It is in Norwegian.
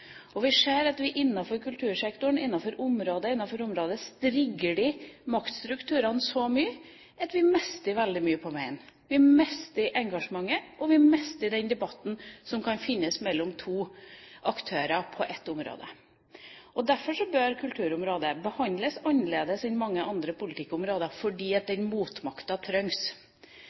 Nasjonalbiblioteket. Vi ser at vi innenfor kultursektoren – innenfor område etter område – strigler maktstrukturene så mye at vi mister veldig mye på veien. Vi mister engasjementet, og vi mister den debatten som kan føres mellom to aktører på ett område. Derfor bør kulturområdet behandles annerledes enn mange andre politikkområder – fordi den motmakta trengs.